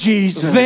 Jesus